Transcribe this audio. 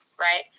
Right